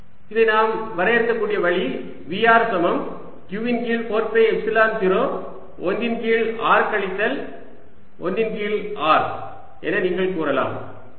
இதை நாம் வரையறுக்கக்கூடிய வழி V r சமம் q இன் கீழ் 4 பை எப்சிலன் 0 1 இன் கீழ் r கழித்தல் 1 இன் கீழ் R என நீங்கள் கூறலாம் நேரம் 0836 ஐப் பார்க்கவும்